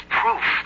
proof